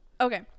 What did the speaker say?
Okay